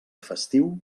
festiu